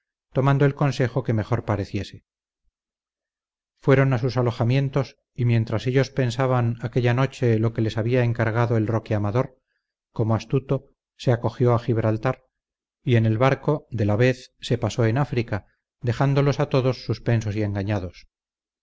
tomando el consejo que mejor pareciese fueron a sus alojamientos y mientras ellos pensaban aquella noche lo que les había encargado el roque amador como astuto se acogió a gibraltar y en el barco de la vez se pasó en áfrica dejándolos a todos suspensos y engañados